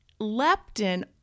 leptin